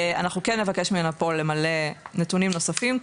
אנחנו כן נבקש ממנה פה למלא נתונים נוספים,